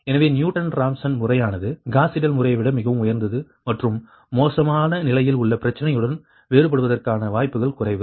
எனவே Newton Raphson முறையானது Gauss Seidel முறையை விட மிகவும் உயர்ந்தது மற்றும் மோசமான நிலையில் உள்ள பிரச்சனையுடன் வேறுபடுவதற்கான வாய்ப்புகள் குறைவு